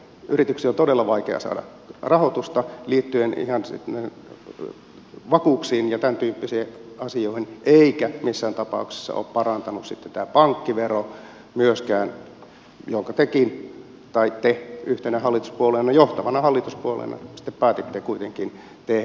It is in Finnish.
yrityksillä on todella vaikea saada rahoitusta liittyen ihan vakuuksiin ja tämäntyyppisiin asioihin eikä tilannetta missään tapauksessa ole parantanut sitten tämä pankkivero myöskään jonka tekin tai te yhtenä hallituspuolueena johtavana hallituspuolueena päätitte kuitenkin tehdä